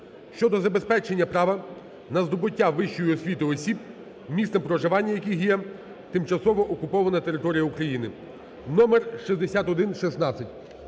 щодо забезпечення права на здобуття вищої освіти осіб, місцем проживання яких є тимчасово окупована територія України. Номер 6116.